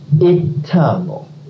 eternal